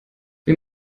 wir